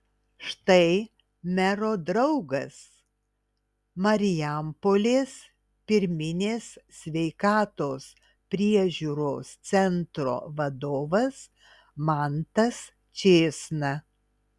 štai mero draugas marijampolės pirminės sveikatos priežiūros centro vadovas mantas čėsna